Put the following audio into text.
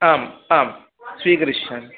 आम् आम् स्वीकरिष्यामि